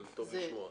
טוב לשמוע.